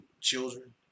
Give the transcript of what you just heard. children